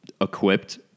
equipped